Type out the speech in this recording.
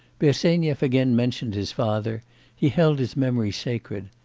bersenyev again mentioned his father he held his memory sacred.